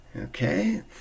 okay